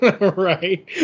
Right